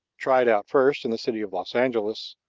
tried out first in the city of los angeles,